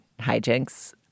hijinks